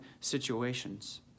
situations